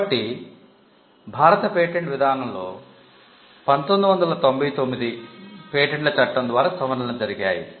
కాబట్టి భారత పేటెంట్ విధానంలో 1999 పేటెంట్ల చట్టం ద్వారా సవరణలు జరిగాయి